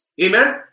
Amen